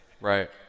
Right